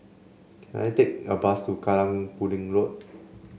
can I take a bus to Kallang Pudding Road